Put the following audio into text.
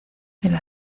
del